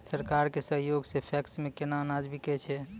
सरकार के सहयोग सऽ पैक्स मे केना अनाज बिकै छै?